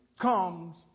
comes